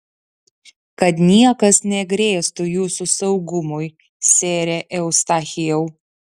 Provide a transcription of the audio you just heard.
kad niekas negrėstų jūsų saugumui sere eustachijau